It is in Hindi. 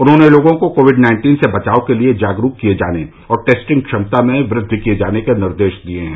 उन्होंने लोगों को कोविड नाइन्टीन से बचाव के लिये जागरूक किये जाने और टेस्टिंग क्षमता में वृद्धि किये जाने के निर्देश दिये हैं